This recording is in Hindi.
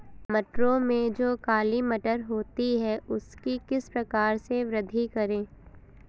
मटरों में जो काली मटर होती है उसकी किस प्रकार से वृद्धि करें?